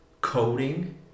Coding